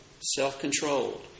self-controlled